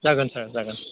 जागोन सार जागोन